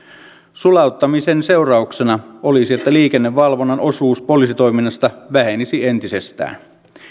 sulauttamisen seurauksena olisi että liikennevalvonnan osuus poliisitoiminnasta vähenisi entisestään